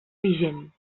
vigent